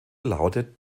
lautet